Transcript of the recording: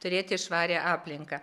turėti švarią aplinką